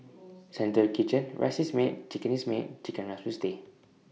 central kitchen rice is made chicken is made Chicken Rice will stay